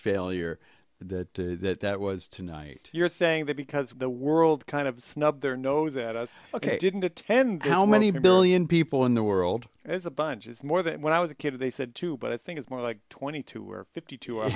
failure that that that was tonight you're saying that because the world kind of snubbed their noses at us ok didn't attend how many billion people in the world as a bunch is more than when i was a kid they said two but i think it's more like twenty two or fifty two o